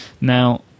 Now